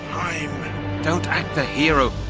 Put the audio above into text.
don't act the hero!